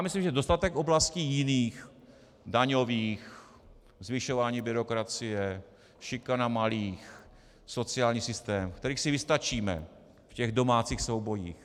Myslím, že je dostatek oblastí jiných daňových, zvyšování byrokracie, šikana malých, sociální systém , v kterých si vystačíme v těch domácích soubojích.